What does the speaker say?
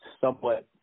somewhat